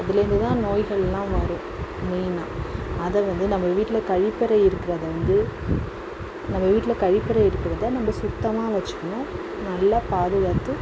அதுலர்ந்து தான் நோய்கள்லாம் வரும் மெயின்னா அதை வந்து நம்ம வீட்டில் கழிப்பறை இருக்குறதை வந்து நம்ம வீட்டில் கழிப்பறை இருக்கறதை நம்ம சுத்தமாக வச்சுக்கணும் நல்லா பாதுகாத்து